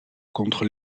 contre